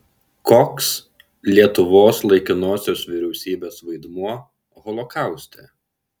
koks lietuvos laikinosios vyriausybės vaidmuo holokauste